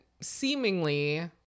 seemingly